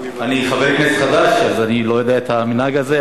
אני חבר כנסת חדש, אז אני לא מכיר את המנהג הזה.